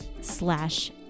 slash